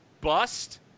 bust